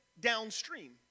downstream